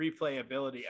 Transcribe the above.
replayability